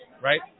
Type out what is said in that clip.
right